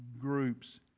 groups